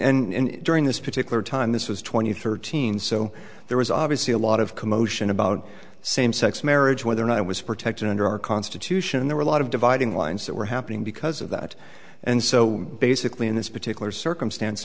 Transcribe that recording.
absolutely and during this particular time this was two thousand and thirteen so there was obviously a lot of commotion about same sex marriage whether or not it was protected under our constitution there were a lot of dividing lines that were happening because of that and so basically in this particular circumstance